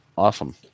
Awesome